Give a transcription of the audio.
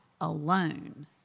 alone